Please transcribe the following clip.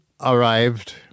arrived